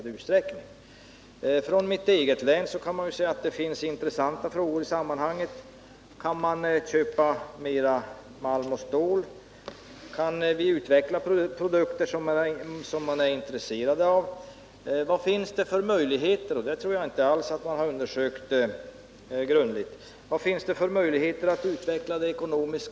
Det finns i detta sammanhang intressanta frågor från mitt eget län. Kan man sälja mer malm och stål? Kan vi utveckla produkter som länderna är intresserade av? Vad finns det för möjligheter att utveckla det ekonomiska samarbetet på Nordkalotten? Det tror jag att man inte alls har undersökt grundligt.